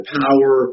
power